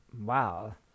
Wow